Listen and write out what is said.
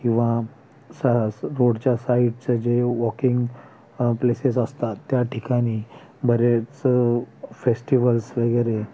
किंवा सा रोडच्या साइडचं जे वॉकिंग प्लेसेस असतात त्या ठिकाणी बरेच फेस्टिवल्स वगैरे